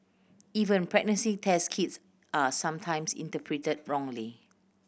even pregnancy test kits are sometimes interpreted wrongly